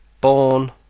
born